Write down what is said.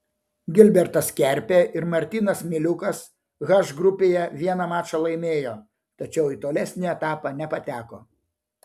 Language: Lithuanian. gilbertas kerpė ir martynas miliukas h grupėje vieną mačą laimėjo tačiau į tolesnį etapą nepateko